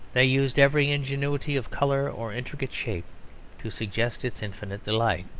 they used every ingenuity of colour or intricate shape to suggest its infinite delight.